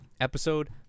episode